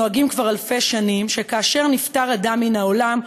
נוהגים כבר אלפי שנים שכאשר נפטר אדם מן העולם,